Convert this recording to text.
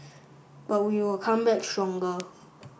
but we will come back stronger